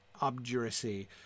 obduracy